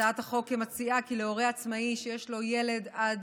הצעת החוק מציעה כי להורה עצמאי שיש לו ילד עד